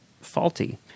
faulty